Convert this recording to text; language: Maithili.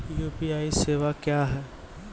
यु.पी.आई सेवा क्या हैं?